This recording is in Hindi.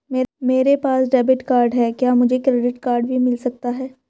मेरे पास डेबिट कार्ड है क्या मुझे क्रेडिट कार्ड भी मिल सकता है?